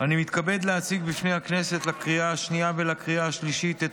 אני מתכבד להציג בפני הכנסת לקריאה השנייה ולקריאה השלישית את